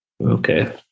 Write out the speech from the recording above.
Okay